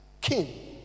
king